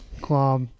claw